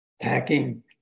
packing